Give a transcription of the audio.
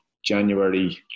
January